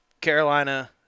Carolina –